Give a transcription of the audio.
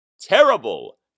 Terrible